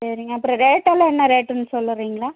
சரிங்க அப்புறம் ரேட்டெல்லாம் என்னா ரேட்டுன்னு சொல்லுறிங்களா